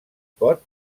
pot